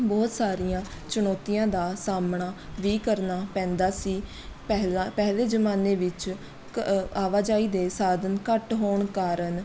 ਬਹੁਤ ਸਾਰੀਆਂ ਚੁਣੌਤੀਆਂ ਦਾ ਸਾਹਮਣਾ ਵੀ ਕਰਨਾ ਪੈਂਦਾ ਸੀ ਪਹਿਲਾ ਪਹਿਲੇ ਜ਼ਮਾਨੇ ਵਿੱਚ ਕ ਆਵਾਜਾਈ ਦੇ ਸਾਧਨ ਘੱਟ ਹੋਣ ਕਾਰਨ